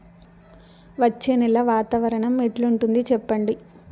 వచ్చే నెల వాతావరణం ఎట్లుంటుంది చెప్పండి?